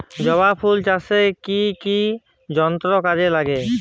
জবা ফুল চাষে কি কি যন্ত্র কাজে লাগে?